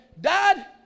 dad